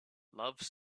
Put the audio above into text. love